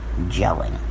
gelling